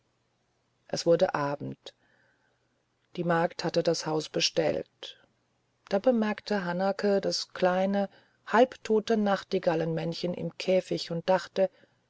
es wurde abend die magd hatte das haus bestellt da bemerkte hanake das kleine halbtote nachtigallenmännchen im käfig und dachte